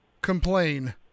complain